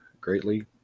greatly